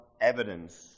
evidence